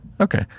Okay